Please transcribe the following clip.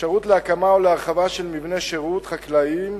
אפשרות להקמה או להרחבה של מבני שירות חקלאיים,